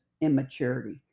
immaturity